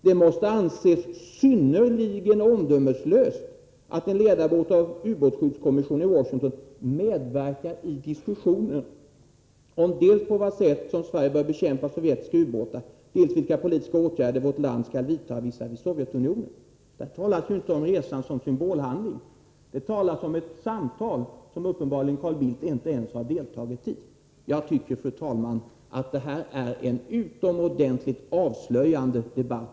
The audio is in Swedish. ”Det måste anses synnerligen omdömeslöst att en ledamot av ubåtsskyddskommissionen i Washington medverkar i diskussioner om dels på vad sätt som Sverige bör bekämpa sovjetiska ubåtar, dels vilka politiska åtgärder som vårt land skall vidta visavi Sovjetunionen.” Där talas inte om resan som en symbolhandling. Det talas om ett samtal som Carl Bildt uppenbarligen inte ens har deltagit i. Fru talman! Jag tycker att detta är en utomordentligt avslöjande debatt.